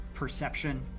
Perception